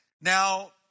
Now